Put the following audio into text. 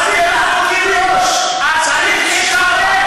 עזמי בשארה